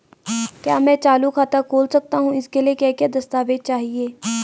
क्या मैं चालू खाता खोल सकता हूँ इसके लिए क्या क्या दस्तावेज़ चाहिए?